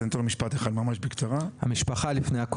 אז אני אתן לו לומר משפט אחד לפני הכול.